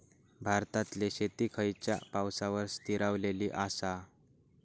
भारतातले शेती खयच्या पावसावर स्थिरावलेली आसा?